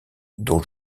dont